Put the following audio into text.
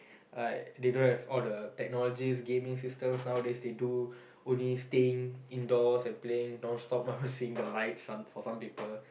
like they don't have all the technology gaming system nowadays they do only staying indoors and playing non stop without seeing the lights for some people